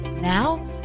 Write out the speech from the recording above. Now